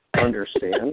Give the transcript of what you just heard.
understand